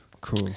Cool